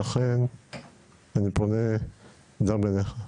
לכן אני פונה גם אליך,